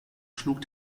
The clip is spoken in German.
schlug